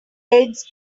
eggs